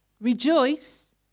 Rejoice